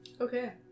Okay